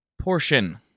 portion